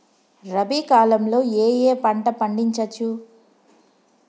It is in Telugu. రబీ కాలంలో ఏ ఏ పంట పండించచ్చు?